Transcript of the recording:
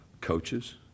coaches